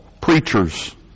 preachers